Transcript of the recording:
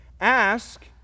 Ask